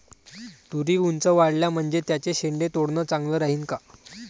तुरी ऊंच वाढल्या म्हनजे त्याचे शेंडे तोडनं चांगलं राहीन का?